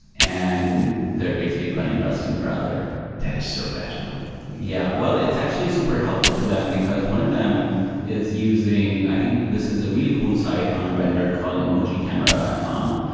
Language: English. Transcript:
and they're basically running rust in the browser that is so fashionable yeah. well, it's actually super helpful for them, because one of them is using i think this is a really cool site on render called emojicamera dot com,